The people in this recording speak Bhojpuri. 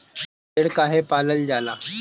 भेड़ काहे पालल जाला?